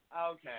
Okay